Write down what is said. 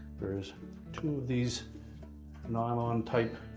there's two these nylon type